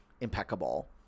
impeccable